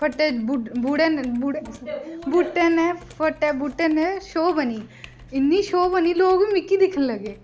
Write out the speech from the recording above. फट्टे बूटें ने शो बनी इन्नी शौ बनी लोक बी मिकी दिक्खन लगे